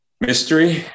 mystery